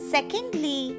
Secondly